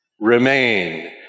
remain